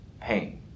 pain